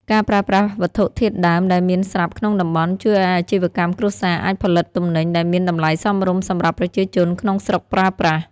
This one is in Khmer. ការប្រើប្រាស់វត្ថុធាតុដើមដែលមានស្រាប់ក្នុងតំបន់ ជួយឱ្យអាជីវកម្មគ្រួសារអាចផលិតទំនិញដែលមានតម្លៃសមរម្យសម្រាប់ប្រជាជនក្នុងស្រុកប្រើប្រាស់។